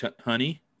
honey